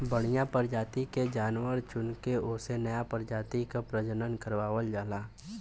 बढ़िया परजाति के जानवर के चुनके ओसे नया परजाति क प्रजनन करवावल जाला